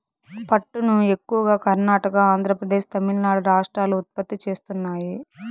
పట్టును ఎక్కువగా కర్ణాటక, ఆంద్రప్రదేశ్, తమిళనాడు రాష్ట్రాలు ఉత్పత్తి చేస్తున్నాయి